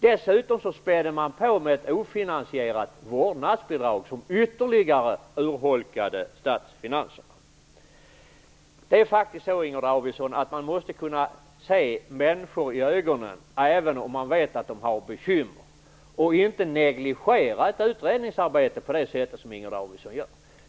Dessutom spädde man på med ett ofinansierat vårdnadsbidrag som ytterligare urholkade statsfinanserna. Man måste faktiskt kunna se människor i ögonen även om man vet att de har bekymmer. Man bör inte negligera ett utredningsarbete på det sätt som Inger Davidson gör.